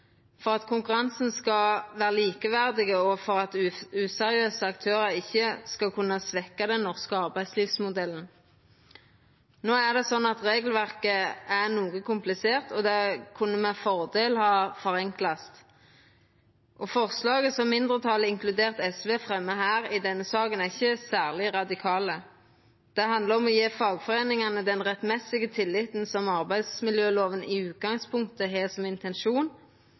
for at konkurransen skal vera likeverdig, og for at useriøse aktørar ikkje skal kunna svekkja den norske arbeidslivsmodellen. No er det sånn at regelverket er noko komplisert, og det kunne med fordel ha vorte forenkla. Forslaget som mindretalet, inkludert SV, fremjar her i denne saka, er ikkje særskilt radikalt. Det handlar om å gje fagforeiningane den rettmessige tilliten som arbeidsmiljølova i utgangspunktet har som intensjon,